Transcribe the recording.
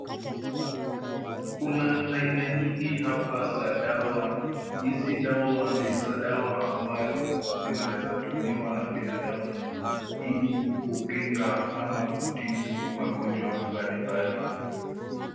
Kuna aina nyingi hapa za dawa, hizi dawa ni za dawa ambayo inaweza tumiwa na binadamu ili kukinga ama kutibu magonjwa mbalimbali.